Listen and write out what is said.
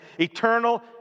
eternal